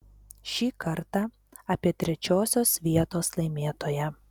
šį kartą apie trečiosios vietos laimėtoją